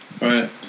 right